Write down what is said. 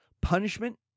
punishment